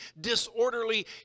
disorderly